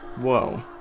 Whoa